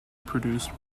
produced